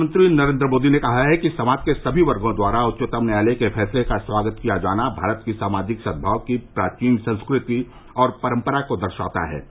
प्रधानमंत्री नरेन्द्र मोदी ने कहा है कि समाज के सभी वर्गों द्वारा उच्यतम न्यायालय के फैसले का स्वागत किया जाना भारत की सामाजिक सद्भाव की प्राचीन संस्कृति और परम्परा को दर्शाता है